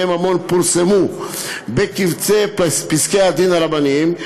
ממון פורסמו בקובצי פסקי-הדין הרבניים,